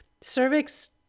cervix